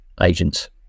agents